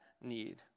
need